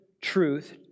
truth